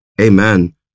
amen